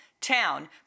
Town